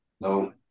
No